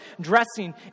dressing